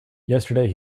yesterday